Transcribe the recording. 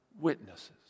witnesses